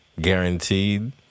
guaranteed